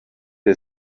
der